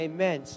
Amen